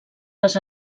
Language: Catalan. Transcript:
les